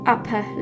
Upper